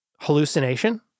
hallucination